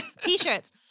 T-shirts